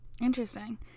interesting